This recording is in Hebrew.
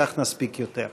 כך נספיק יותר.